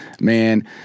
Man